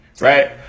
right